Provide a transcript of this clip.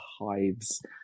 hives